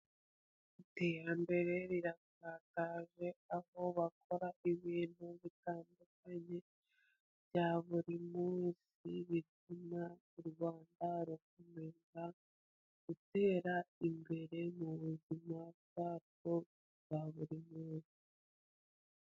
Iterambere rirakataje aho bakora ibintu bitandukanye bya buri munsi, bituma u Rwanda rukomeza gutera imbere mu buzima bwarwo bwa buri munsi.